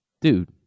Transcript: dude